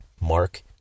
Mark